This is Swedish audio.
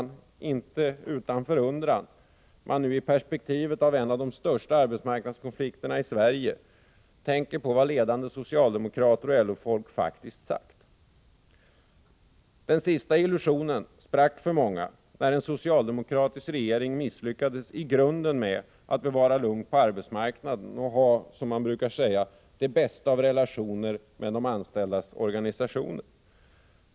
Det är inte utan förundran man nu, i perspektivet av en av de största arbetsmarknadskonflikterna i Sverige, tänker på vad ledande socialdemokrater och LO-folk faktiskt sagt. Den sista illusionen sprack för många när en socialdemokratisk regering misslyckades i grunden med att bevara lugn på arbetsmarknaden och ha, som man brukar säga, de bästa av relationer med de anställdas organisationer.